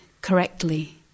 correctly